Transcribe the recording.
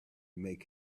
make